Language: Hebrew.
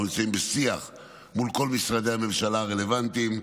אנחנו נמצאים בשיח מול כל משרדי הממשלה הרלוונטיים.